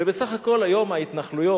ובסך הכול היום ההתנחלויות,